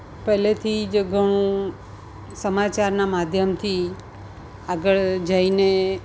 પહેલેથી જ ઘણું સમાચારના માધ્યમથી આગળ જઈને